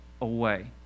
away